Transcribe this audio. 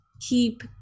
Keep